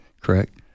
correct